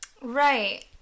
Right